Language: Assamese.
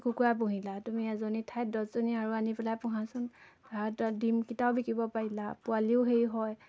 কুকুৰা পুহিলা তুমি এজনী ঠাইত দহজনী আৰু আনি পেলাই পোহাচোন ধৰা তাৰ ডিমকেইটাও বিকিব পাৰিলা পোৱালিও হেৰি হয়